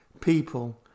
people